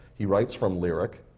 he writes from lyric.